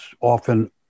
often